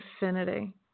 infinity